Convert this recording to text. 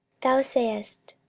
thou sayest,